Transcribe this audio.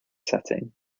setting